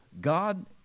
God